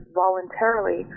voluntarily